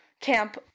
camp